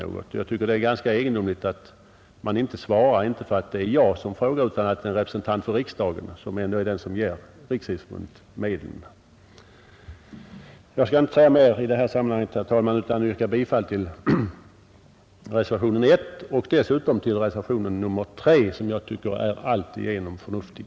Jag tycker att det är ganska egendomligt att man inte svarar — inte därför att det är jag som boxningsfiende som frågar utan därför att det är en representant för riksdagen, som ändå ger Riksidrottsförbundet medel. Jag skall inte säga mer i detta sammanhang, herr talman, utan yrkar bifall till reservationen 1 och dessutom till reservationen 3, som jag tycker är alltigenom förnuftig.